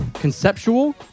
conceptual